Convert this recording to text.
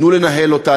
תנו לנהל אותה.